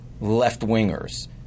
left-wingers